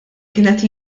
kienet